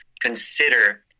consider